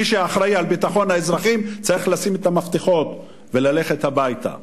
מי שאחראי לביטחון האזרחים צריך לשים את המפתחות וללכת הביתה.